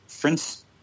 Prince